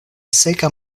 seka